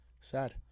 Sad